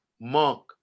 monk